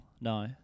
No